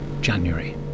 January